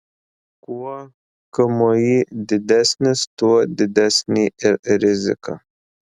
kuo kmi didesnis tuo didesnė ir rizika